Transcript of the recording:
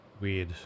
weird